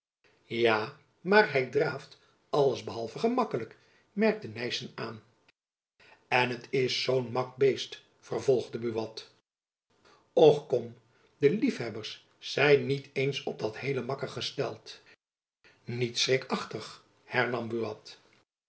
ja maar hy draaft alles behalve gemakkelijk merkte nyssen aan jacob van lennep elizabeth musch en het is zoo'n mak beest vervolgde buat och kom de liefhebbers zijn niet eens op dat heele makke gesteld niets schrikachtig hernam